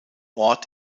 ort